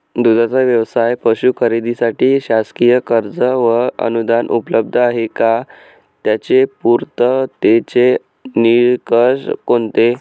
दूधाचा व्यवसायास पशू खरेदीसाठी शासकीय कर्ज व अनुदान उपलब्ध आहे का? त्याचे पूर्ततेचे निकष कोणते?